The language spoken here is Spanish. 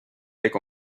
eco